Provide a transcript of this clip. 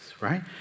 right